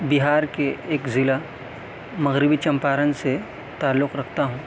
بہار کے ایک ضلع مغربی چمپارن سے تعلق رکھتا ہوں